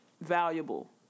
Valuable